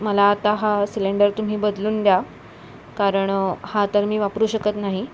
मला आता हा सिलेंडर तुम्ही बदलून द्या कारण हा तर मी वापरू शकत नाही